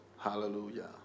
Hallelujah